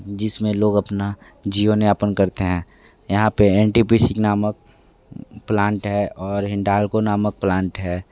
जिसमें लोग अपना जीवन यापन करते हैं यहाँ पे एन टी पी सी नामक प्लांट है और हिंडाल्को नामक प्लांट है